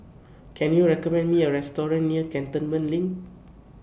Can YOU recommend Me A Restaurant near Cantonment LINK